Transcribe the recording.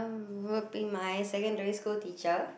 would be my secondary school teacher